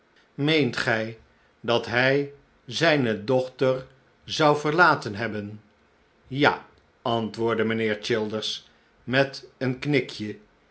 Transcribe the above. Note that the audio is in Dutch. meent gij dat hij zijne dochter zou verlaten hebben ja antwoordde mijnheer childers met een knikje